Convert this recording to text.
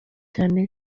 cyane